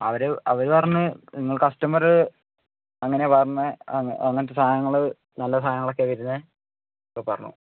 അവര് അവര് പറഞ്ഞു നിങ്ങൾ കസ്റ്റമര് അങ്ങനെയാണ് പറഞ്ഞത് അങ്ങനത്തെ സാധനങ്ങള് നല്ല സാധനങ്ങളെക്കെയാണ് വരുന്നതെന്നൊക്കെ പറഞ്ഞു